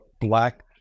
black